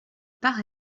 part